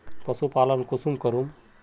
पशुपालन कुंसम करूम?